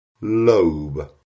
lobe